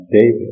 David